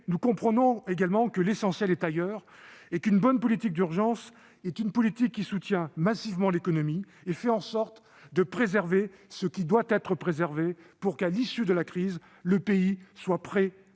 nous comprenons également que l'essentiel est ailleurs et qu'une bonne politique d'urgence est une politique qui soutient massivement l'économie et fait en sorte de préserver ce qui doit être préservé pour que, à l'issue de la crise, le pays soit prêt